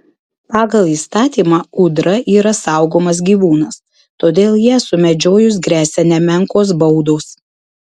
pagal įstatymą ūdra yra saugomas gyvūnas todėl ją sumedžiojus gresia nemenkos baudos